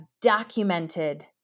documented